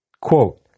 Quote